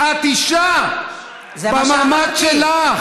את אישה, במעמד שלך.